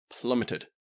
plummeted